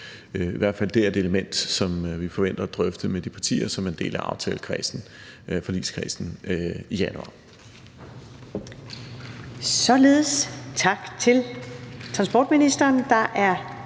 i hvert fald et element, som vi forventer at drøfte med de partier, som er en del af aftalekredsen, forligskredsen, i januar.